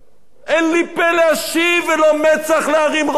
אין לי פה להשיב ולא מצח להרים ראש.